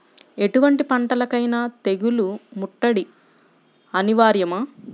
ఎటువంటి పంటలకైన తెగులు ముట్టడి అనివార్యమా?